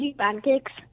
pancakes